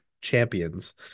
champions